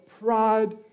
pride